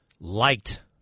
liked